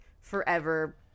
forever